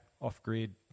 off-grid